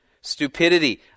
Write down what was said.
stupidity